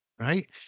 Right